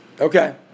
Okay